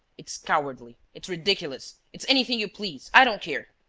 it's cowardly, it's ridiculous, it's anything you please. i don't care!